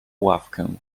ławkę